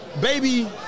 baby